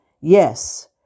Yes